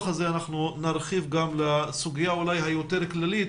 הזה אנחנו נרחיב גם לסוגיה היותר כללית